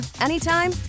anytime